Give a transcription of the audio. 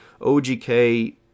OGK